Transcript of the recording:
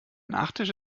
nachtisch